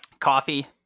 Coffee